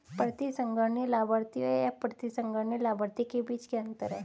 प्रतिसंहरणीय लाभार्थी और अप्रतिसंहरणीय लाभार्थी के बीच क्या अंतर है?